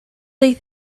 they